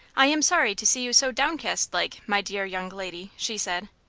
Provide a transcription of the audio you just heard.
i am sorry to see you so downcast like, my dear young lady, she said.